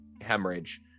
hemorrhage